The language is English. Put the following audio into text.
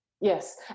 Yes